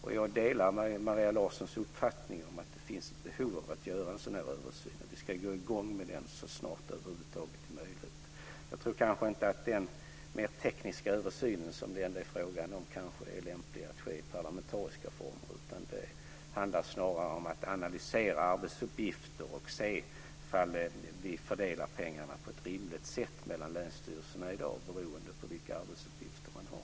Och jag delar Maria Larssons uppfattning om att det finns ett behov av att göra en sådan här översyn. Vi ska gå i gång med den så snart det över huvud taget är möjligt. Jag tror kanske inte att den mer tekniska översyn som det ändå är fråga om är lämplig att ske i parlamentariska former. Det handlar snarare om att analysera arbetsuppgifter och se om vi fördelar pengarna på ett rimligt sätt mellan länsstyrelserna i dag beroende på vilka arbetsuppgifter man har.